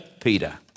Peter